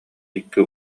икки